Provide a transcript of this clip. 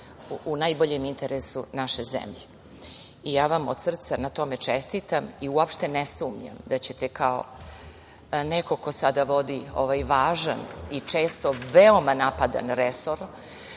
u najboljem interesu naše zemlje. Ja vam od srca na tome čestitam. Uopšte ne sumnjam da ćete kao neko ko sada vodi ovaj važan i često veoma napadan resor,